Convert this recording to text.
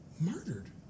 murdered